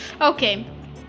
Okay